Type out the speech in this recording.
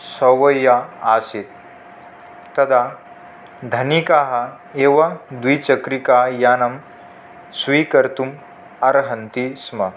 सवय्य आसीत् तदा धनिकाः एव द्विचक्रिकायानं स्वीकर्तुम् अर्हन्ति स्म